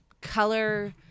color